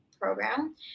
program